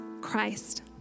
Christ